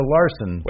Larson